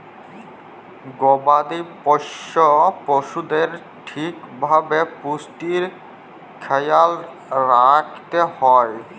গবাদি পশ্য পশুদের ঠিক ভাবে পুষ্টির খ্যায়াল রাইখতে হ্যয়